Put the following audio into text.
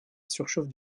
surchauffe